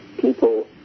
people